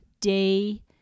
day